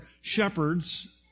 shepherds